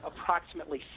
approximately